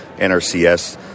nrcs